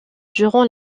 durant